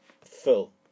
full